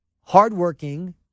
hardworking